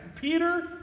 Peter